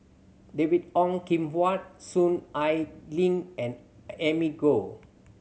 David Ong Kim Huat Soon Ai Ling and Amy Khor